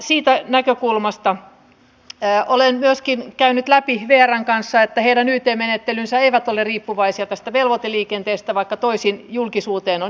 siitä näkökulmasta olen myöskin käynyt läpi vrn kanssa että heidän yt menettelynsä eivät ole riippuvaisia tästä velvoiteliikenteestä vaikka toisin julkisuuteen on ilmoitettu